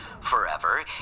forever